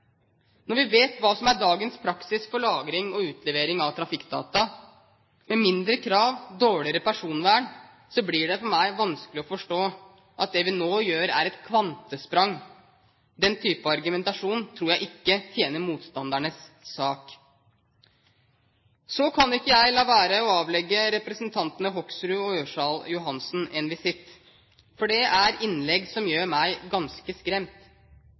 Når vi vet hva som er dagens praksis for lagring og utlevering av trafikkdata, med mindre krav og dårligere personvern, blir det for meg vanskelig å forstå at det vi nå gjør, er et kvantesprang. Den type argumentasjon tror jeg ikke tjener motstandernes sak. Så kan jeg ikke la være å avlegge representantene Hoksrud og Ørsal Johansen en visitt. De har innlegg som gjør meg ganske skremt.